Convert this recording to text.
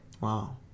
Wow